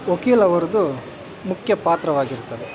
ವಕೀಲವ್ರದು ಮುಖ್ಯ ಪಾತ್ರವಾಗಿರ್ತದೆ